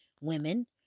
Women